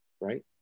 right